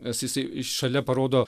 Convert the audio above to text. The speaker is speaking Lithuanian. nes jisai šalia parodo